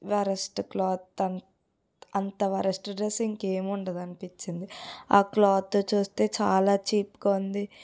worst cloth అంత అంత worst dress ఇంకేముండదు అనిపించింది ఆ క్లాత్ చూస్తే చాలా చీప్గా ఉంది